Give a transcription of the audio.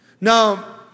Now